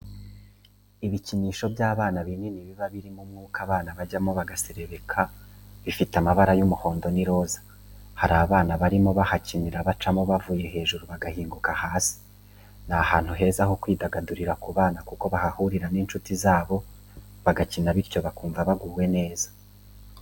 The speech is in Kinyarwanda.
Ibikinisho by'abana binini biba birimo umwuka abana bajyamo bagaserebeka, bifite amabara y'umuhondo n'iroza. Hari abana barimo bahakinira bacamo bavuye hejuru bagahinguka hasi. Ni ahantu heza ho kwidagadurira ku bana kuko bahahurira n'inshuti zabo bagakina bityo bakumva baguwe neza.